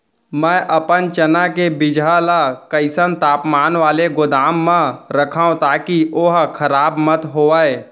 मैं अपन चना के बीजहा ल कइसन तापमान वाले गोदाम म रखव ताकि ओहा खराब मत होवय?